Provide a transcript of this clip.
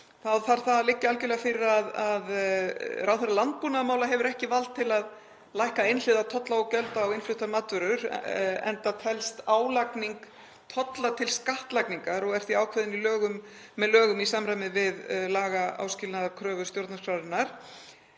þá þarf það að liggja algjörlega fyrir að ráðherra landbúnaðarmála hefur ekki vald til að lækka einhliða tolla og gjöld á innfluttar matvörur enda telst álagning tolla til skattlagningar og er því ákveðin með lögum í samræmi við lagaáskilnaðarkröfur stjórnarskrárinnar.